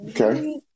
Okay